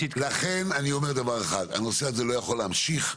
לכן הנושא הזה לא יכול להמשיך,